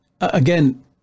again